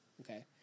Okay